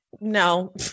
No